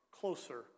closer